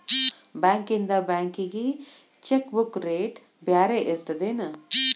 ಬಾಂಕ್ಯಿಂದ ಬ್ಯಾಂಕಿಗಿ check book rate ಬ್ಯಾರೆ ಇರ್ತದೇನ್